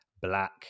black